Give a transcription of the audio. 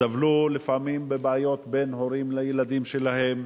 סבלו לפעמים מבעיות בין הורים לילדים שלהם,